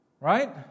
Right